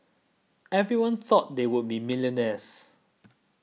everyone thought they would be millionaires